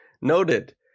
Noted